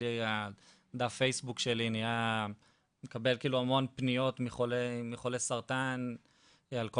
אצלי דף הפייסבוק שלי מקבל המון פניות מחולי סרטן על כל